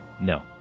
No